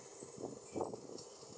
d